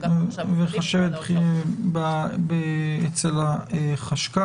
אגף החשב הכללי במשרד האוצר.